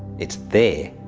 it's there.